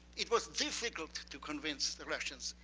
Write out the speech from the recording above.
it was difficult to convince the russians.